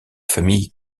famille